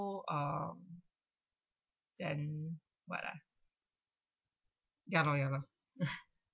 um then what ah ya lor ya lor